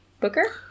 Booker